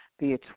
via